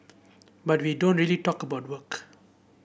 but we don't really talk about work